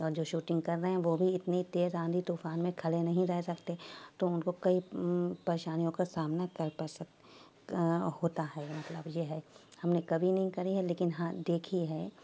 اور جو شوٹنگ کر رہے ہیں وہ بھی اتنی تیز آندھی طوفان میں کھڑے نہیں رہ سکتے تو ان کو کئی پریشانیوں کا سامنا کر پڑ سک ہوتا ہے مطلب یہ ہے ہم نے کبھی نہیں کری ہے لیکن ہاں دیکھی ہے